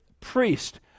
priest